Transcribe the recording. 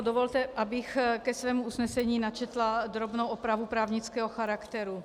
Dovolte, abych ke svému usnesení načetla drobnou opravu právnického charakteru.